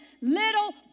little